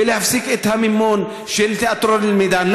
ולהפסיק את המימון של תאטרון אל-מידאן.